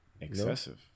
excessive